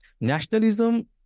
nationalism